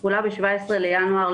17 בינואר,